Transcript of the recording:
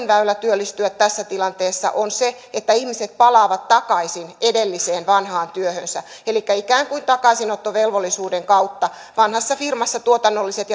väylä työllistyä tässä tilanteessa on se että ihmiset palaavat takaisin edelliseen vanhaan työhönsä elikkä ikään kuin takaisinottovelvollisuuden kautta vanhassa firmassa tuotannolliset